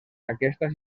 aquesta